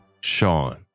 Sean